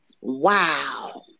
Wow